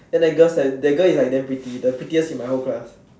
then that girl's like the girl is like damn pretty the prettiest in my whole class